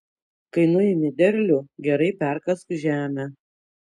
kai nuimi derlių gerai perkask žemę